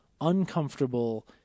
uncomfortable